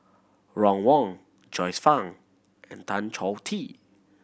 Ron Wong Joyce Fan and Tan Choh Tee